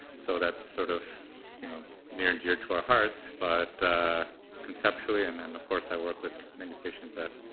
so that is sort of you know near and dear to our hearts. but conceptually and and of course i work with many patients that